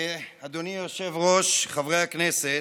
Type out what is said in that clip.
אדוני היושב-ראש, חברי הכנסת,